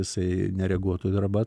jisai nereaguotų arba